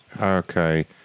Okay